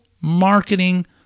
marketing